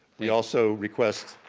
we also request